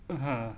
ہاں